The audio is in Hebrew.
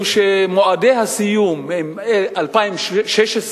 הוא שמועדי הסיום הם 2016,